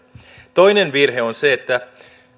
toinen virhe on se että